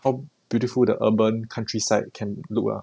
how beautiful the urban countryside can look lah